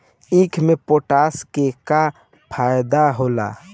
ईख मे पोटास के का फायदा होला?